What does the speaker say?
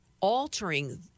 altering